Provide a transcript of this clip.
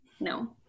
no